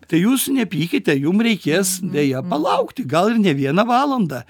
tai jūs nepykite jum reikės deja palaukti gal ir ne vieną valandą